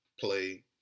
play